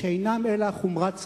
שאינם אלא חומרת סרק.